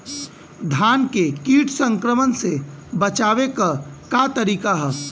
धान के कीट संक्रमण से बचावे क का तरीका ह?